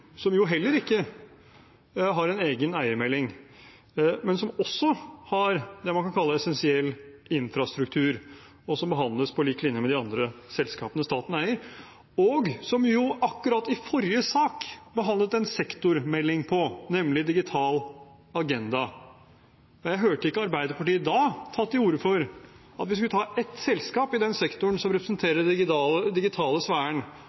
som jo heller ikke har en egen eiermelding, men som også har det man kan kalle essensiell infrastruktur, og som behandles på lik linje med de andre selskapene staten eier, og som vi jo akkurat i forrige sak behandlet en sektormelding om, nemlig Digital agenda. Jeg hørte ikke Arbeiderpartiet da ta til orde for at vi skulle ta et selskap i den sektoren som representerer den digitale